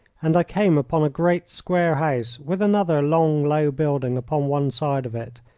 and i came upon a great square house with another long, low building upon one side of it.